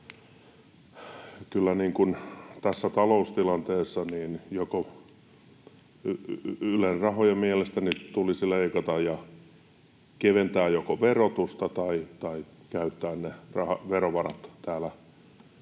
Kyllä tässä taloustilanteessa mielestäni Ylen rahoja tulisi leikata ja joko keventää verotusta tai käyttää ne verovarat täällä